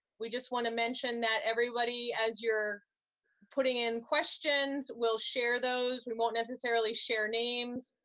we just wanna mention that everybody, as you're putting in questions, we'll share those. we won't necessarily share names,